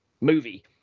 movie